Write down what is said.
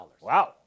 Wow